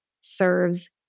serves